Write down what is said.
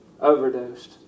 overdosed